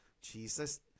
Jesus